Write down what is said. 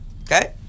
Okay